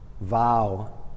vow